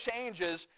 changes